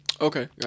Okay